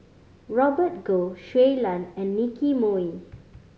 Robert Goh Shui Lan and Nicky Moey